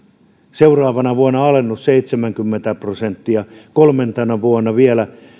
seuraavana vuonna alennusta seitsemänkymmentä prosenttia kolmantena vuonna vielä